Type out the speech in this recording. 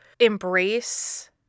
embrace